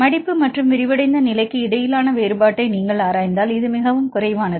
மடிப்பு மற்றும் விரிவடைந்த நிலைக்கு இடையிலான வேறுபாட்டை நீங்கள் ஆராய்ந்தால் இது மிகவும் குறைவானது